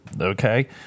okay